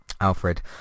Alfred